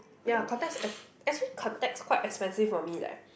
ya contacts ac~ actually contacts quite expensive for me leh